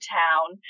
town